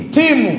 team